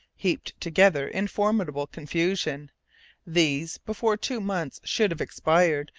heaped together in formidable confusion these, before two months should have expired,